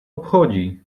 obchodzi